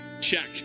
check